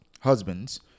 husbands